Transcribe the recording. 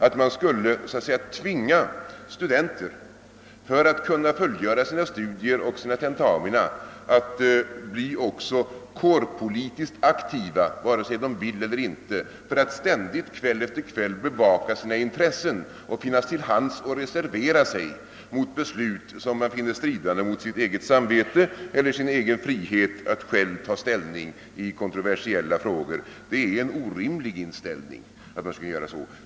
Att man skulle tvinga studenter att, för att kunna fullgöra sina studier och tentamina, också bli kårpolitiskt aktiva antingen de vill eller inte, att ständigt kväll efter kväll bevaka sina intressen och finnas till hands för att reservera sig mot beslut som de finner stridande mot sina samveten eller sin frihet att själva ta ställning i kontroversiella frågor, är en orimlig inställning.